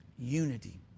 Unity